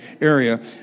area